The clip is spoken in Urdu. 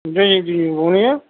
جی جی بولیے